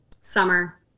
Summer